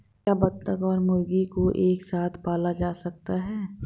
क्या बत्तख और मुर्गी को एक साथ पाला जा सकता है?